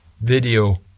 video